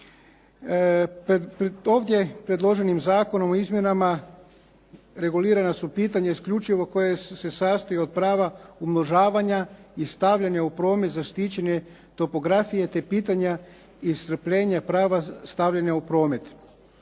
Ovdje predloženim zakonom o izmjenama regulirana su pitanja isključivo koja se sastoje od prava umnožavanja i stavljanja u promet zaštićene topografije te pitanja iscrpljenja prava stavljanja u promet.